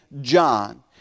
John